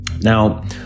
now